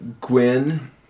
Gwen